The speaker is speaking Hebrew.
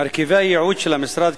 מרכיבי הייעוד של המשרד,